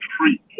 treat